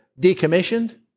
decommissioned